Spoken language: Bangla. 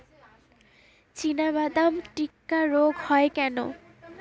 চিনাবাদাম টিক্কা রোগ হয় কেন?